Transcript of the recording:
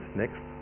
next